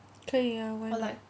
可以啊 why not